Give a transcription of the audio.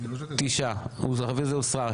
9 נמנעים, אין לא אושר.